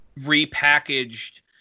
repackaged